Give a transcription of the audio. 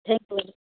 thank you বাইদেউ